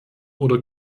oder